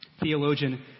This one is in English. Theologian